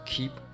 Keep